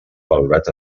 valorats